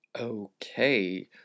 Okay